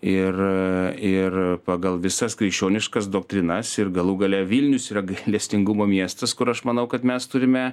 ir ir pagal visas krikščioniškas doktrinas ir galų gale vilnius yra gailestingumo miestas kur aš manau kad mes turime